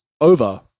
over